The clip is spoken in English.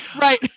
Right